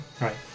right